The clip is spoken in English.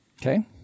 Okay